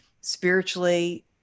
spiritually